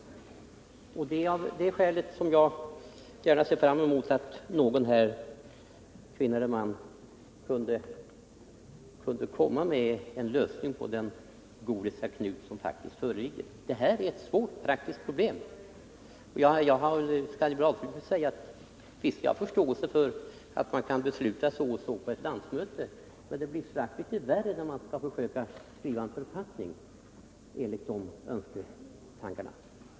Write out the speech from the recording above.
177 Det är av det skälet som jag gärna ser fram emot att någon här — kvinna eller man — kan komma med en lösning på den gordiska knut som faktiskt föreligger. Det är ett svårt praktiskt problem. Visst har jag förståelse för att man kan besluta så och så på ett landsmöte. Men det är strax litet värre när man skall försöka skriva en författning enligt de tankarna.